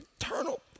Eternal